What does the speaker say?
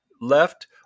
left